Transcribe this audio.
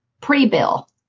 pre-Bill